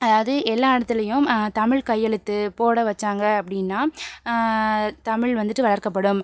அதாவது எல்லா இடத்துலையும் தமிழ் கையெழுத்து போட வச்சாங்க அப்படின்னா தமிழ் வந்துட்டு வளர்க்கப்படும்